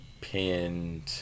pinned